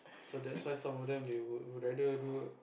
so that's why some of them they would rather do